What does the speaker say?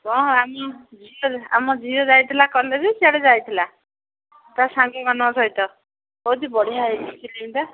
ହଁ ଆମ ଝିଅ ଆମ ଝିଅ ଯାଇଥିଲା କଲେଜ୍ ବି ସିଆଡ଼େ ଯାଇଥିଲା ତା ସାଙ୍ଗମାନଙ୍କ ସହିତ ବହୁତ ବଢ଼ିଆ ହେଇଛି ଫିଲ୍ମ'ଟା